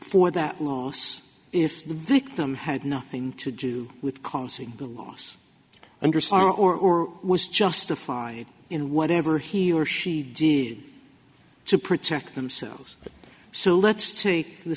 that loss if the victim had nothing to do with causing the loss underscore or was justified in whatever he or she did to protect themselves so let's take the